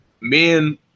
men